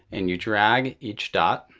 and you drag each dot